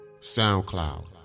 SoundCloud